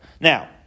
Now